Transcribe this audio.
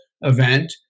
event